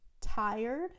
tired